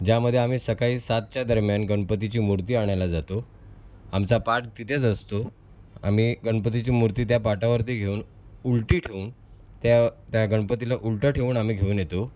ज्यामध्ये आम्ही सकाळी सातच्या दरम्यान गणपतीची मूर्ती आणायला जातो आमचा पाट तिथेच असतो आम्ही गणपतीची मूर्ती त्या पाटावरती घेऊन उलटी ठेवून त्या त्या गणपतीला उलटं ठेवून आम्ही घेऊन येतो